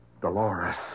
Dolores